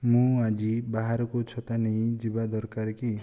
ମୁଁ ଆଜି ବାହାରକୁ ଛତା ନେଇ ଯିବା ଦରକାର କି